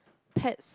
pads